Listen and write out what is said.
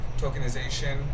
tokenization